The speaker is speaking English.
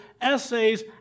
essays